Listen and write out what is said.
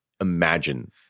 imagine